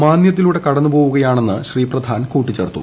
മാന്ദ്യത്തിലൂടെ കടന്നുപോവുകയാക്ണെന്ന് ശ്രീ പ്രധാൻ കൂട്ടിച്ചേർത്തു